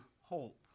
hope